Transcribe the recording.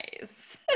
nice